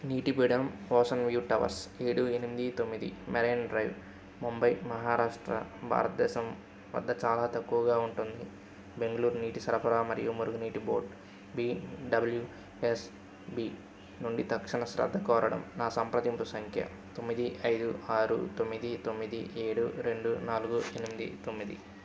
నీటి పీడనం ocean view towers ఏడు ఎనిమిది తొమ్మిది మెరైన్ డ్రైవ్ ముంబై మహారాష్ట్ర భారతదేశం వద్ద చాలా తక్కువగా ఉంటుంది బెంగుళూరు నీటి సరఫరా మరియు మరుగునీటి board B W S B నుండి తక్షణ శ్రద్ధ కోరడం నా సంప్రదింపు సంఖ్య తొమ్మిది ఐదు ఆరు తొమ్మిది తొమ్మిది ఏడు రెండు నాలుగు ఎనిమిది తొమ్మిది